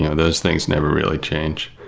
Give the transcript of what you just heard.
you know those things never really change.